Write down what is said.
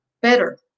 better